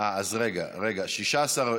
התשע"ח 2018,